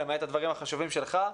למעט הדברים החשובים שלך.